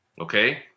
Okay